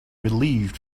relieved